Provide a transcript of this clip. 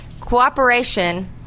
cooperation